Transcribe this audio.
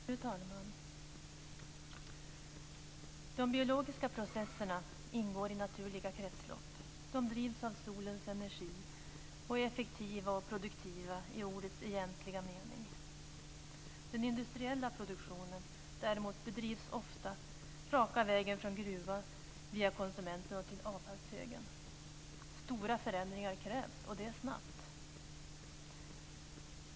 Fru talman! De biologiska processerna ingår i naturliga kretslopp. De drivs av solens energi, är effektiva och produktiva i ordets egentliga mening. Den industriella produktionen bedrivs däremot ofta raka vägen från gruvan via konsumenten till avfallshögen. Stora förändringar krävs, och det snabbt.